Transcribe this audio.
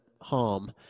harm